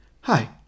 Hi